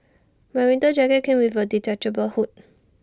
my winter jacket came with A detachable hood